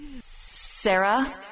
Sarah